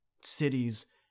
cities